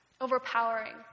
overpowering